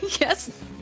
Yes